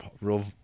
real